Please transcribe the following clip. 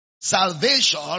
Salvation